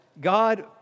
God